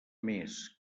més